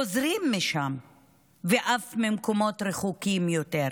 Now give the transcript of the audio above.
// חוזרים משם / ואף ממקומות רחוקים יותר.